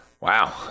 Wow